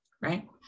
right